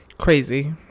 crazy